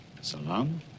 salam